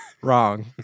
Wrong